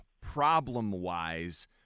problem-wise